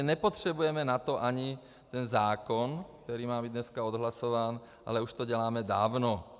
Nepotřebujeme na to ani zákon, který má být dneska odhlasován, ale už to děláme dávno.